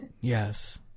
Yes